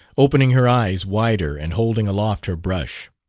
opening her eyes wider and holding aloft her brush.